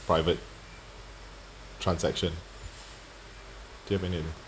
private transaction given in